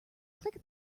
click